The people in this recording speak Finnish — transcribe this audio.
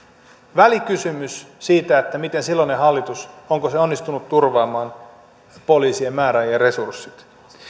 välikysymys siitä oliko silloinen hallitus onnistunut turvaamaan poliisien määrän ja resurssit